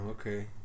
okay